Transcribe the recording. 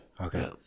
Okay